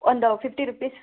ಒಂದು fifty rupees